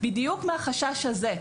בדיוק מהחשש הזה.